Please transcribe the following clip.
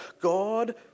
God